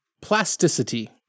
Plasticity